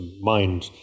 mind